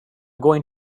going